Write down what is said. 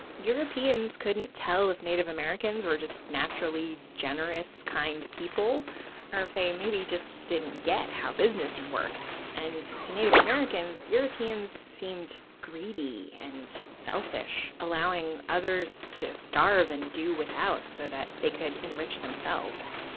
europeans couldn't tell if native americans were just naturally generous, kind people or if they maybe just didn't get how business worked and to native americans, europeans seemed greedy and selfish, allowing others to starve and do without so that they could enrich themselves.